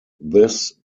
this